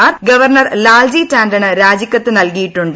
Mar governor Lalji ടാണ്ടന് രാജിക്കത്ത് നൽകിയിട്ടുണ്ട്